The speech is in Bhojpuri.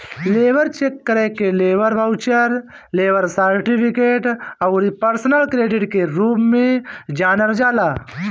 लेबर चेक के लेबर बाउचर, लेबर सर्टिफिकेट अउरी पर्सनल क्रेडिट के रूप में जानल जाला